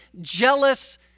jealous